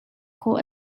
khawh